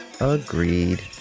agreed